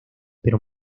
pero